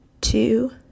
two